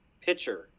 pitcher